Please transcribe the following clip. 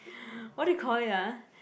what do you call it ah